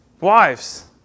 Wives